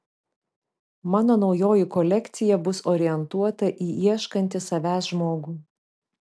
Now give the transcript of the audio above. mano naujoji kolekcija bus orientuota į ieškantį savęs žmogų